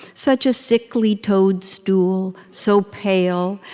such a sickly toadstool so pale,